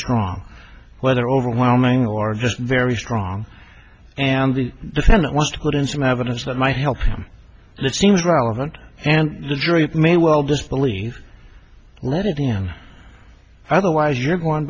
strong whether overwhelming or just very strong and the defendant wants to put in some evidence that might help him that seems relevant and the jury may well disbelieve loaded than otherwise you're going